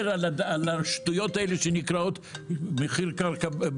על השטויות שנקראות מחיר קרקע ספקולטיבי.